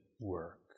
work